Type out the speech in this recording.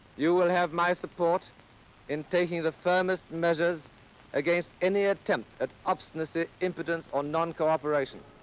you will have my support in taking the firmest measures against any attempts at obstinacy, impotence, or non-cooperation.